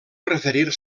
referir